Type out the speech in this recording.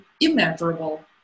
immeasurable